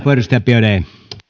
arvoisa puhemies